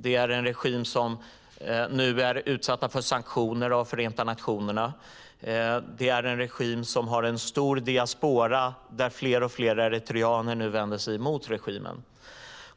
Det är en regim som nu är utsatt för sanktioner av Förenta nationerna. Det är en regim som har en stor diaspora, där fler och fler eritreaner nu vänder sig emot regimen.